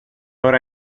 ώρα